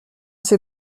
sais